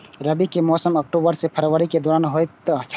रबी के मौसम अक्टूबर से फरवरी के दौरान होतय छला